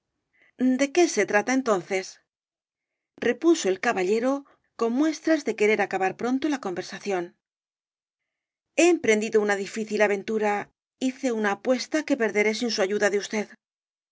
de qué se trata entonces repuso el caballero con muestras de querer acabar pronto la conversación h e emprendido una difícil aventura hice una apuesta que perderé sin su ayuda de usted